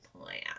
plan